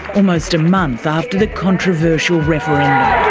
almost a month after the controversial referendum.